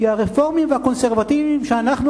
כי הרפורמים והקונסרבטיבים שאנחנו,